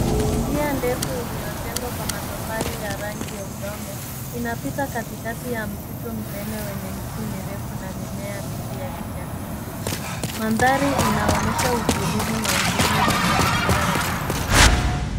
Njia ndefu iliyojengwa kwa matofali ya rangi ya udongo. Inapita katikati ya msitu mnene wenye miti mingi na mimea mingi ya kijani kibichi. Mandhari inaonyesha utulivu na uzuri wa mazingira ya asili.